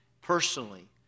personally